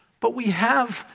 but we have,